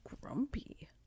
grumpy